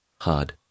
Hard